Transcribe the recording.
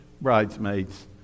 bridesmaids